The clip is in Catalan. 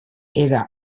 era